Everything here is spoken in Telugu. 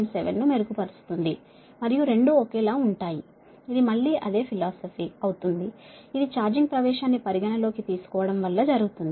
997 ను మెరుగుపరుస్తుంది మరియు రెండూ ఒకేలా ఉంటాయి ఇది మళ్ళీ అదే ఫిలాసఫీ అవుతుంది ఇది ఛార్జింగ్ ప్రవేశాన్ని పరిగణన లోకి తీసుకోవడం వల్ల జరుగుతోంది